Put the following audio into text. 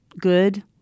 good